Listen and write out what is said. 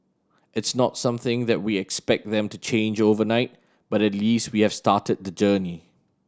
it's not something that we expect them to change overnight but at least we have started the journey